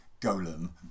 Golem